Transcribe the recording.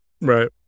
right